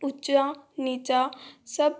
ऊँचा नीचा सब